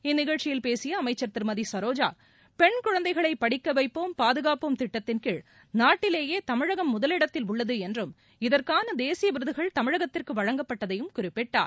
இந்நிகழ்ச்சியில் பேசிய அமைச்சர் திருமதி சரோஜா பெண் குழந்தைகளை படிக்கவைப்போம் பாதுகாப்போம் திட்டத்தின்கீழ் நாட்டிலேயே தமிழகம் முதலிடத்தில் உள்ளது என்றும் இதற்கான தேசிய விருதுகள் தமிழகத்திற்கு வழங்கப்பட்டதையும் குறிப்பிட்டார்